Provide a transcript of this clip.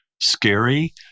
scary